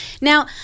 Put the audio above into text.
Now